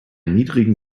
niedrigen